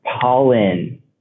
pollen